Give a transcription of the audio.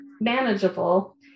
manageable